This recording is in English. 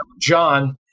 John